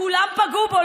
כולם פגעו בו,